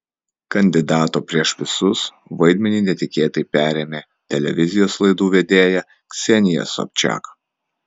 kandidato prieš visus vaidmenį netikėtai perėmė televizijos laidų vedėja ksenija sobčiak